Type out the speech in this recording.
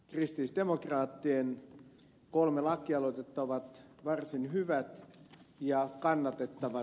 kristillisdemokraattien kolme lakialoitetta ovat varsin hyvät ja kannatettavat